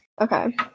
Okay